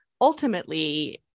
ultimately